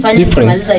difference